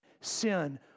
sin